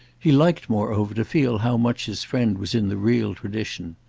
he liked moreover to feel how much his friend was in the real tradition.